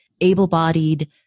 able-bodied